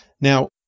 Now